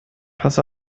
pass